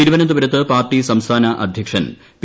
തിരുവനന്തപുരത്ത് പാർട്ടി സംസ്ഥാന അധ്യക്ഷൻ പി